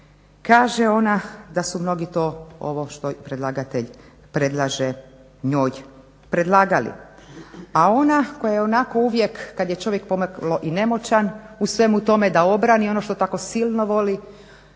kaže ona da su mnogi to ovo što predlagatelj predlaže njoj predlagali. A ona koja je ovako uvijek kada je čovjek pomalo i nemoćan u svemu tome da obrani ono što tako silno voli,